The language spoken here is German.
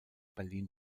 berlin